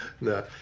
no